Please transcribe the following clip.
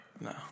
No